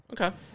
Okay